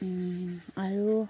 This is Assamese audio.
আৰু